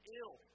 ill